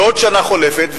ועוד שנה חולפת,